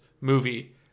movie